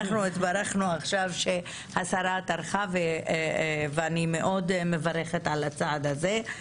אנחנו התברכנו עכשיו שהשרה טרחה ואני מאוד מברכת על הצעד הזה.